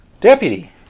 Deputy